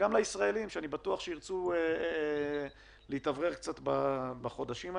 וגם לישראלים שאני בטוח שירצו להתאוורר קצת בחודשים האלה,